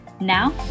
Now